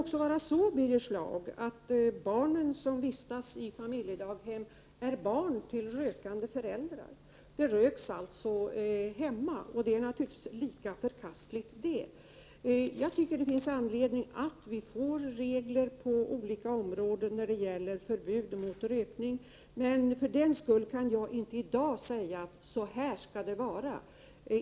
Birger Schlaug, det kan ju också hända att de barn som vistas i dessa familjedaghem är barn till rökande föräldrar och att de utsätts för rökning i hemmet. Det är naturligtvis lika förkastligt. Jag tycker att det finns anledning att utfärda regler när det gäller förbud mot rökning. Men för den skull kan jag i dag inte säga hur detta skall ske.